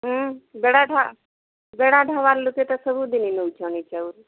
ବେଡ଼ା ଢାବାର ଲୋକେ ତ ସବୁଦିନି ନଉଚନ୍ତି ଏଇ ଚାଉଲ